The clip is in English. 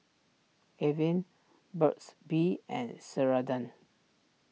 Avene Burt's Bee and Ceradan